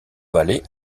vallée